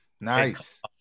nice